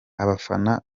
abafana